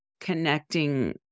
connecting